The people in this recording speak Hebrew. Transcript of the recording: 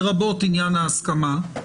לרבות עניין ההסכמה.